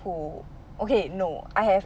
who okay no I have